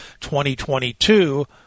2022